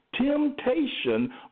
temptation